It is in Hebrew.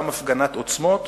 גם הפגנת עוצמות